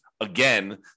again